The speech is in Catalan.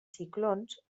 ciclons